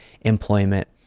employment